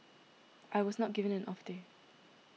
I was not given an off day